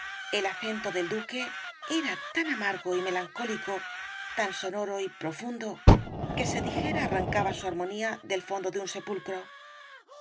el acento del duque era tan amargo y melancólico tan sonoro y profundo que se dijera arrancaba su armonía del fondo de un sepulcro